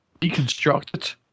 deconstructed